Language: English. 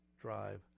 drive